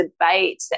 debate